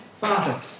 father